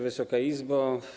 Wysoka Izbo!